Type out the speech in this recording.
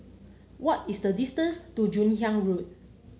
what is the distance to Joon Hiang Road